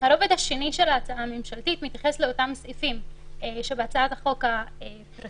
הרובד השני של ההצעה הממשלתית מתייחס לאותם סעיפים שבהצעת החוק הפרטית,